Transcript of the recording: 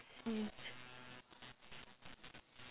same